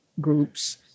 groups